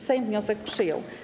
Sejm wniosek przyjął.